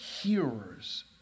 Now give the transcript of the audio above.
hearers